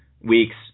weeks